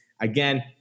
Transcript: Again